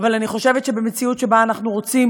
אבל אני חושבת שבמציאות שאנחנו רוצים